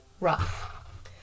rough